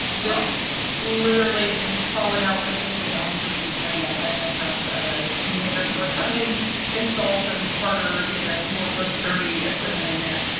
they literally had fallen out because the gowns were too heavy. i had to have ah the container store come in and install some harder, you know, more more sturdy equipment in there.